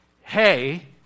hey